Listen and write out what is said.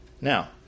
Now